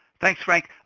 thanks frank.